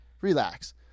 Relax